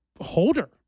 holder